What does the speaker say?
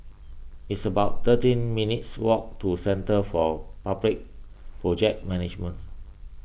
it's about thirteen minutes' walk to Centre for Public Project Management